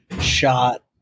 shot